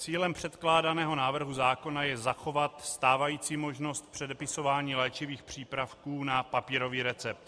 Cílem předkládaného návrhu zákona je zachovat stávající možnost předepisování léčivých přípravků na papírový recept.